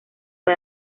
fue